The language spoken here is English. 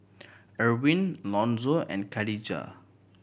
Erwin Lonzo and Kadijah